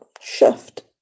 shift